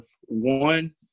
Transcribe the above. one